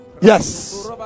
yes